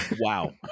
Wow